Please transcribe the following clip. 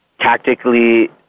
tactically